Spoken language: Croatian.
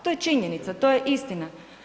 To je činjenica, to je istina.